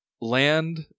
land